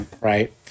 right